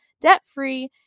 debt-free